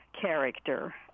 character